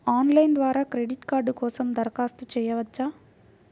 Online ద్వారా credit card కోసం దరఖాస్తు చేయవచ్చా?